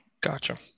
Gotcha